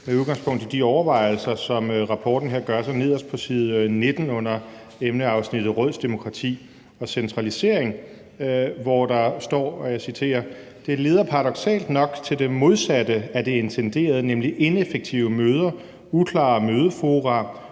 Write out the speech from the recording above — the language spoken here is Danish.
med udgangspunkt i de overvejelser, som man i rapporten her gør sig nederst på side 19 under emneafsnittet »Rådsdemokrati og centralisering«, hvor der står: »Det leder paradoksalt nok til det modsatte af det intenderede nemlig ineffektive møder, uklare mødefora,